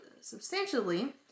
substantially